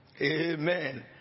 Amen